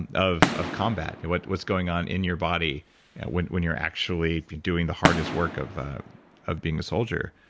and of of combat, what's what's going on in your body when when you're actually doing the hardest work of of being a soldier.